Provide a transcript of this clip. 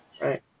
Right